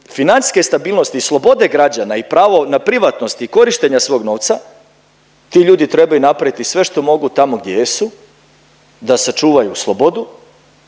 financijske stabilnosti i slobode građana i pravo na privatnost i korištenja svog novca, ti ljudi trebaju napraviti sve što mogu tamo gdje jesu da sačuvaju slobodu,